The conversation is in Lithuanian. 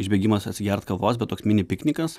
išbėgimas atsigert kavos bet toks mini piknikas